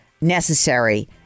necessary